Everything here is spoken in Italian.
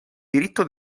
diritto